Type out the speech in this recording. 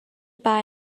buy